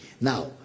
Now